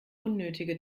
unnötige